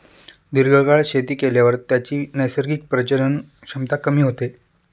दीर्घकाळ शेती केल्यावर त्याची नैसर्गिक प्रजनन क्षमता कमी होते